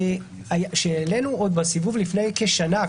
שהעלינו בסיבוב עוד לפני כשנה,